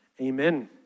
Amen